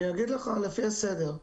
אני אגיד לך לפי הסדר.